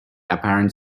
apparent